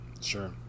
Sure